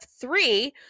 three